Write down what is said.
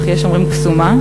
אך יש אומרים קסומה,